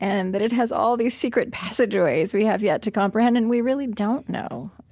and that it has all these secret passageways we have yet to comprehend, and we really don't know